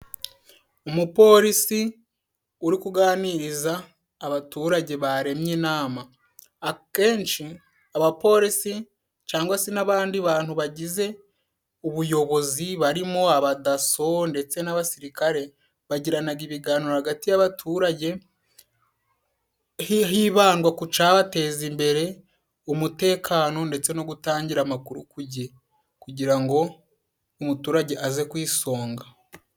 Umupolisi uri kuganiriza abaturage baremye inama, akenshi abapolisi cangwa se n'abandi bantu bagize ubuyobozi barimo: abadaso ndetse n'abasirikare, bagiranaga ibiganiro hagati y'abaturage hibandwa ku cateza imbere umutekano ndetse no gutangira amakuru ku gihe kugira ngo umuturage aze ku isonga.